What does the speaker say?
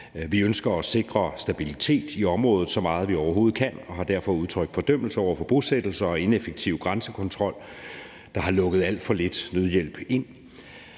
Vi ønsker at sikre stabilitet i området, så meget vi overhovedet kan, og har derfor udtrykt fordømmelse over for bosættelser og ineffektiv grænsekontrol, der har lukket alt for lidt nødhjælp ind.